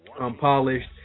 unpolished